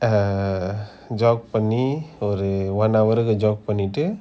err jog பண்ணி ஒரு:panni oru one hour jog பன்னிட்டு:panitu